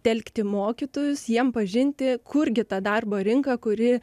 telkti mokytojus jiem pažinti kurgi ta darbo rinka kuri